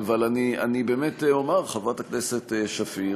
אבל אני באמת אומר, חברת הכנסת שפיר,